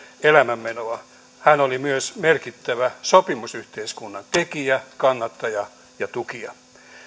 elämänmenoa hän oli myös merkittävä sopimusyhteiskunnan tekijä kannattaja ja tukija